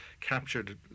captured